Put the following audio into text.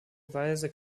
weise